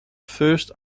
first